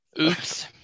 Oops